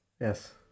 Yes